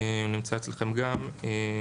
הוא נמצא אצלכם גם.